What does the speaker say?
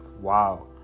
wow